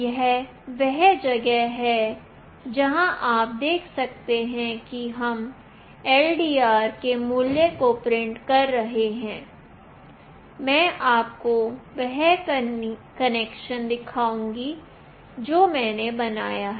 यह वह जगह है जहां आप देख सकते हैं कि हम LDR के मूल्य को प्रिंट कर रहे हैं मैं आपको वह कनेक्शन दिखाऊंगी जो मैंने बनाया है